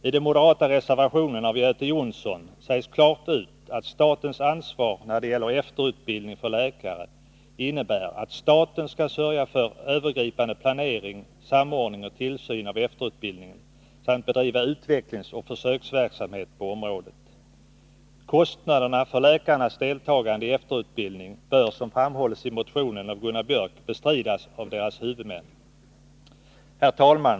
I den moderata reservationen av Göte Jonsson m.fl. sägs klart ut att statens ansvar när det gäller efterutbildning för läkare innebär att staten skall sörja för övergripande planering, samordning och tillsyn av efterutbildningen samt bedriva utvecklingsoch försöksverksamhet på området. Kostnaderna för läkarnas deltagande i efterutbildning bör — som framhålles i motion 1289 av Gunnar Biörck i Värmdö — bestridas av deras huvudmän. Herr talman!